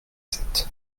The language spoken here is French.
sept